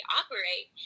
operate